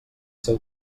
seu